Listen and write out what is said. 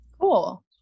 Cool